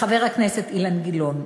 חבר הכנסת אילן גילאון,